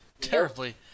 terribly